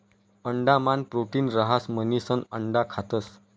अंडा मान प्रोटीन रहास म्हणिसन अंडा खातस